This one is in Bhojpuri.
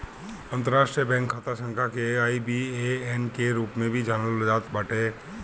अंतरराष्ट्रीय बैंक खाता संख्या के आई.बी.ए.एन के रूप में भी जानल जात बाटे